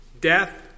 death